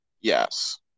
Yes